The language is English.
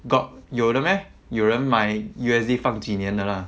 got 有的 meh 有人买 my U_S_D 放几年的 lah